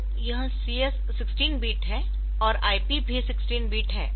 तो यह CS 16 bit है और IP भी 16 बिट है